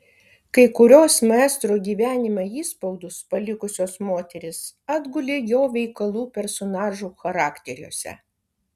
kai kurios maestro gyvenime įspaudus palikusios moterys atgulė jo veikalų personažų charakteriuose